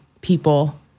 people